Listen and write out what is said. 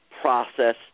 process